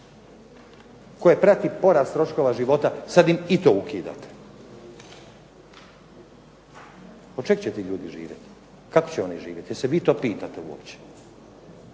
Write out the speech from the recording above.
koje prati porast troškova života sad im i to ukidate. Od čeg će ti ljudi živjet, kako će oni živjet, jel se vi to pitate uopće.